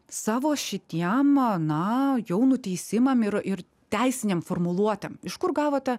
savo šitiem na jau nuteisimam ir ir teisinėm formuluotėm iš kur gavote